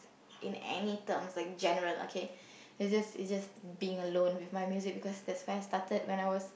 in any terms like general okay is just is just being alone with my music because that's where I started when I was